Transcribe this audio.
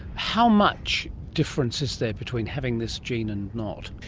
how much difference is there between having this gene and not?